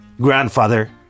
grandfather